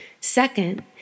Second